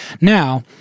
Now